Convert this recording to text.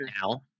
now